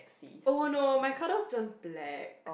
oh no my colour's just black